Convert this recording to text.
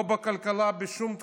לא בכלכלה ולא בשום תחום.